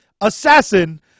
assassin